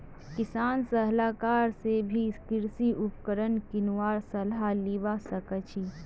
किसान सलाहकार स भी कृषि उपकरण किनवार सलाह लिबा सखछी